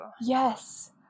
Yes